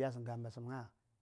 yasəŋ ga ɓasəm gna.